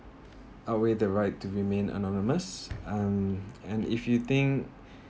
outweigh the right to remain anonymous and and if you think